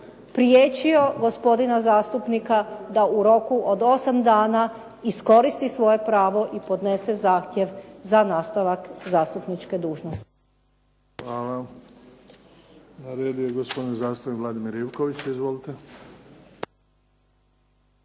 priječio gospodina zastupnika da u roku od 8 dana iskoristi svoje pravo i podnese zahtjev za nastavak zastupničke dužnosti. **Bebić, Luka (HDZ)** Hvala. Red je gospodin zastupnik Vladimir Ivković. Izvolite.